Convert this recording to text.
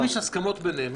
אם יש הסכמות ביניהם,